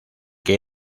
que